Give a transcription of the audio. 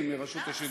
שלי, מרשות השידור.